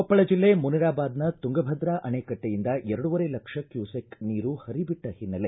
ಕೊಪ್ಪಳ ಜಿಲ್ಲೆ ಮುನಿರಾಬಾದ್ನ ತುಂಗಭದ್ರಾ ಅಣೆಕಟ್ಟೆಯಿಂದ ಎರಡೂವರೆ ಲಕ್ಷ ಕ್ಯೂಸೆಕ್ ನೀರು ಹರಿಬಿಟ್ಟ ಹಿನ್ನೆಲೆ